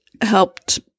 helped